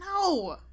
No